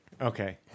Okay